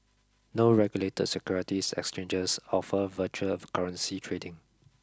no regulated securities exchangers offer virtual currency trading